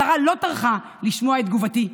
השרה לא טרחה לשמוע את תגובתי.